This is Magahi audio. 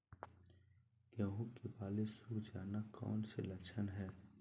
गेंहू की बाली सुख जाना कौन सी लक्षण है?